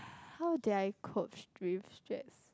how do I coach with stress